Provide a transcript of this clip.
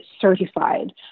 certified